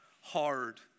hard